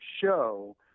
show